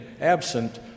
absent